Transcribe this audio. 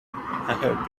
have